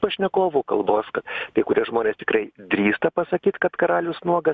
pašnekovų kalbos kad kai kurie žmonės tikrai drįsta pasakyti kad karalius nuogas